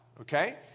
okay